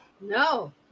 No